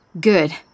Good